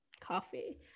coffee